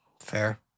Fair